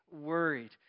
Worried